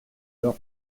leur